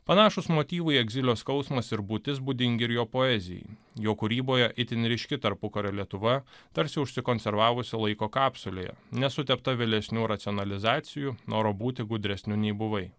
panašūs motyvai egzilio skausmas ir būtis būdingi ir jo poezijai jo kūryboje itin ryški tarpukario lietuva tarsi užsikonservavusi laiko kapsulėje nesutepta vėlesnių racionalizacijų noro būti gudresniu nei buvai